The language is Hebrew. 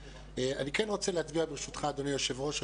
אני כן רוצה להצביע ברשותך אדוני היושב-ראש,